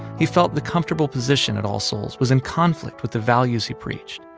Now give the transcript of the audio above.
he felt the comfortable position at all souls was in conflict with the values he preached.